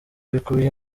bikubiye